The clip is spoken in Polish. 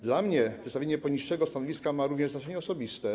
Dla mnie przedstawienie tego stanowiska ma również znaczenie osobiste.